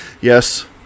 Yes